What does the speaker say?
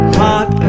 hot